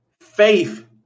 faith